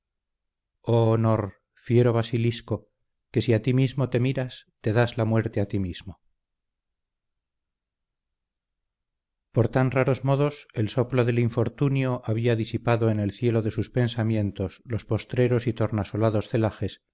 bien nacidas y que uno de nuestros antiguos poetas expresó con imponderable felicidad cuando dijo por tan raros modos el soplo del infortunio había disipado en el cielo de sus pensamientos los postreros y tornasolados celajes